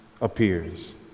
appears